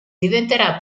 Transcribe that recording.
diventerà